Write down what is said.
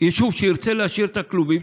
יישוב שירצה להשאיר את הכלובים,